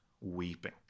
weeping